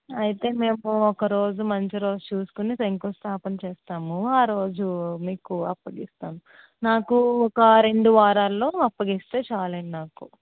అయితే మేము ఒకరోజు మంచి రోజు చూసుకొని శంకుస్థాపన చేస్తాము ఆ రోజు మీకు అప్పగిస్తాం నాకు ఒక రెండు వారాల్లో అప్పగిస్తే చాలండి నాకు